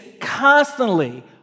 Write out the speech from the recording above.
constantly